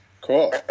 Cool